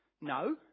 no